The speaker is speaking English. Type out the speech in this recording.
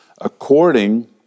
according